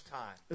time